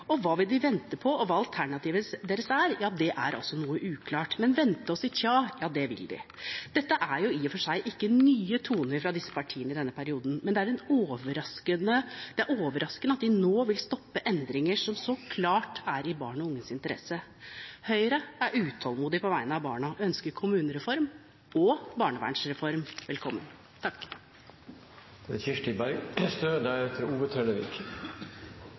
kommunereform. Hva de vil vente på, og hva alternativene deres er, er noe uklart – men vente og si tja, det vil de. Dette er i og for seg ikke nye toner fra disse partiene i denne perioden, men det er overraskende at de nå vil stoppe endringer som så klart er i barn og unges interesse. Høyre er utålmodig på vegne av barna og ønsker kommunereform og barnevernsreform velkommen.